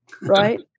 Right